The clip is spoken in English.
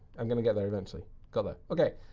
i'm going to get there eventually. got there. ok.